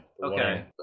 Okay